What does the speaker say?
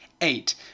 Eight